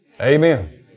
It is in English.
Amen